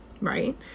right